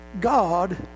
God